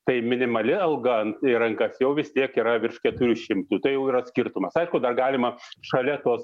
tai minimali alga į rankas jau vis tiek yra virš keturių šimtų tai jau yra skirtumas aišku dar galima šalia tos